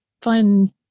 fun